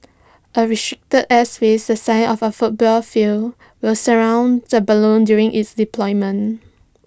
A airspace the size of A football field will surround the balloon during its deployment